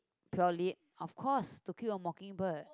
purely of course to kill a mockingbird